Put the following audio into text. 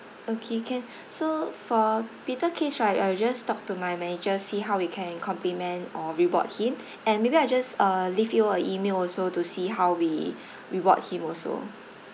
okay can so for peter case right I will just talk to my manager see how we can compliment or reward him and maybe I'll just uh leave you a email also to see how we reward him also